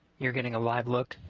you're getting a live look